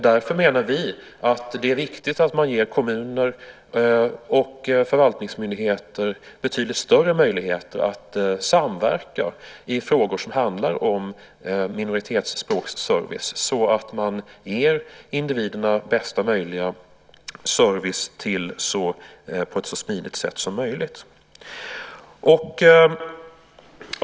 Därför menar vi att det är viktigt att man ger kommuner och förvaltningsmyndigheter betydligt större möjligheter att samverka i frågor som handlar om minoritetsspråksservice så att man ger individerna bästa möjliga service på ett så smidigt sätt som möjligt. Herr talman!